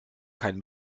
kein